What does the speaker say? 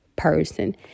Person